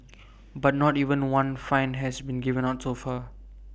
but not even one fine has been given out so far